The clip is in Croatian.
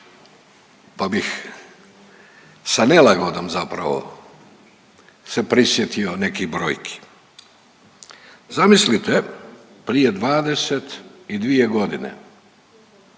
pa bih sa nelagodom zapravo se prisjetio nekih brojki. Zamislite prije 22 godine,